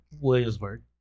Williamsburg